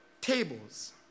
tables